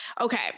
Okay